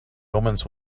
omens